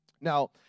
Now